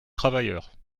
travailleurs